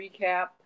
Recap